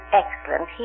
excellent